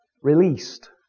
Released